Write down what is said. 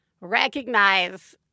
recognize